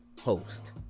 host